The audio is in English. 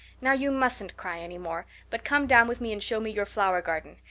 now, you mustn't cry any more, but come down with me and show me your flower garden.